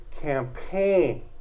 campaign